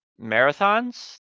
marathons